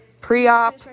pre-op